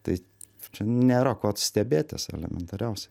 tai čia nėra ko stebėtis elementariausiai